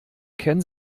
ken